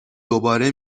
دوباره